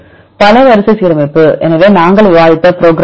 பல வரிசை சீரமைப்பு எனவே நாங்கள் விவாதித்த ப்ரோக்ராம் என்ன